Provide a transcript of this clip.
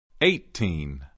Eighteen